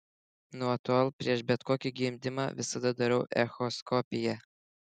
nuo tol prieš bet kokį gimdymą visada darau echoskopiją